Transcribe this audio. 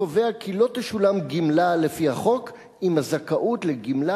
קובע כי לא תשולם גמלה לפי החוק אם הזכאות לגמלה